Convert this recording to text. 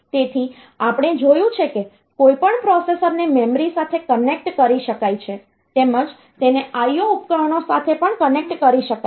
તેથી આપણે જોયું છે કે કોઈપણ પ્રોસેસરને મેમરી સાથે કનેક્ટ કરી શકાય છે તેમજ તેને IO ઉપકરણો સાથે પણ કનેક્ટ કરી શકાય છે